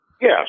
Yes